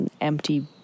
empty